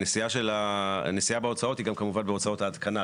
הנשיאה בהוצאות היא כמובן בהוצאות ההתקנה,